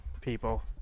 people